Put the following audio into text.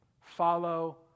Follow